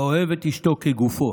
"האוהב את אשתו כגופו